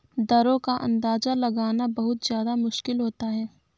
दरों का अंदाजा लगाना बहुत ज्यादा मुश्किल होता है